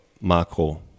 macro